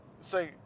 say